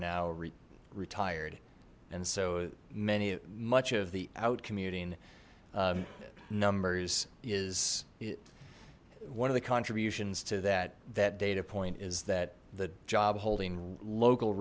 now retired and so many much of the out commuting numbers is it one of the contributions to that that data point is that the job holding local